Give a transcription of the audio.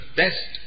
best